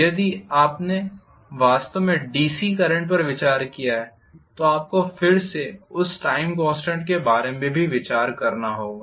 यदि आपने वास्तव में DC करंट पर विचार किया है तो आपको फिर से उस टाइम कॉन्स्टेंट के बारे में भी विचार करना होगा